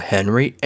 Henry